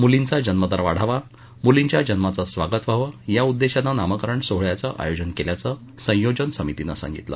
मुलींचा जन्म दर वाढावा मुलींच्या जन्माचं स्वागत व्हावं या उद्देशानं नामकरण सोहळ्याचं आयोजन केल्याचं संयोजन समितीनं सांगितलं